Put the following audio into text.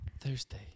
Thursday